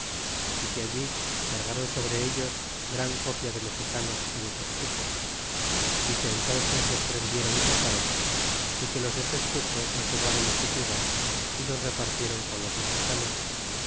y que allí cargaron sobre ellos gran copia de mexicanos y de tezcuco y que entónces los prendiéron y mataron y que los de tezcuco los llevaron su ciudad y los repartieron con los mexicanos